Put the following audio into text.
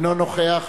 אינו נוכח